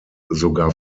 sogar